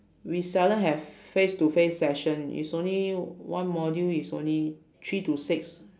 we seldom have face to face session is only one module is only three to six